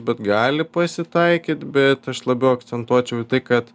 bet gali pasitaikyt bet aš labiau akcentuočiau į tai kad